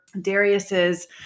Darius's